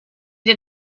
did